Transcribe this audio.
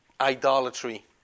Idolatry